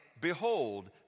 behold